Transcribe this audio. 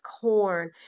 corn